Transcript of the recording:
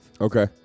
Okay